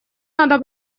надо